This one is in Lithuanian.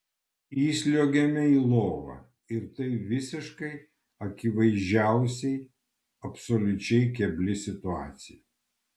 įsliuogiame į lovą ir tai visiškai akivaizdžiausiai absoliučiai kebli situacija